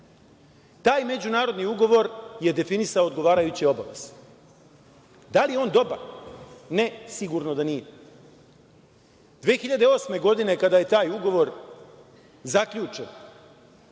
Taj međunarodni ugovor je definisao odgovarajuće obaveze. Da li je on dobar? Ne, sigurno da nije. Godine 2008. kada je taj ugovor zaključen,